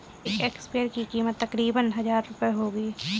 एक स्प्रेयर की कीमत तकरीबन हजार रूपए होगी